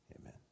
Amen